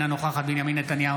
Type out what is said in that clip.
אינה נוכחת בנימין נתניהו,